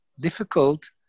difficult